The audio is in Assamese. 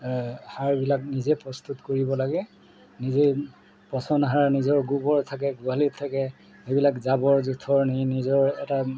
সাৰবিলাক নিজে প্ৰস্তুত কৰিব লাগে নিজেই পচন সাৰ নিজৰ গোবৰ থাকে গোহালিত থাকে এইবিলাক জাবৰ জোঁথৰ নিজৰ এটা